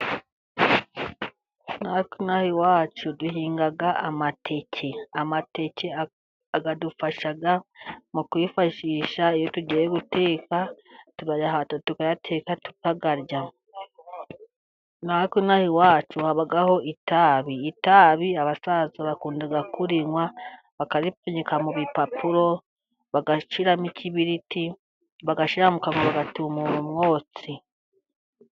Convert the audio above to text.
Na twe inaha iwacu duhinga amateke. Amateke adufasha mu kwifashisha iyo tugiye guteka turayahata, tukayateka, tukayarya. Na twe inaha iwacu haba itabi. Itabi abasaza bakunda kurinywa bakaripfunyika mu bipapuro bagashyiramo ikibiriti bagashyira mu kanwa bagatumura umwotsi.